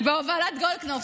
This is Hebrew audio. בהובלת גולדקנופ.